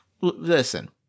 listen